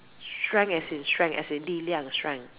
strength as in strength as in 力量： li liang strength